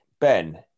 ben